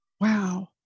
Wow